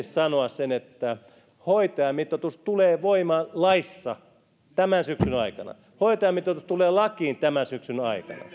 sanoa sen että hoitajamitoitus tulee voimaan laissa tämän syksyn aikana hoitajamitoitus tulee lakiin tämän syksyn